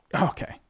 Okay